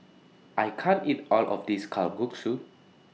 I can't eat All of This Kalguksu